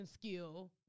skill